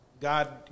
God